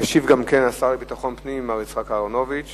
הצעה לסדר-היום שמספרה